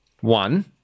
One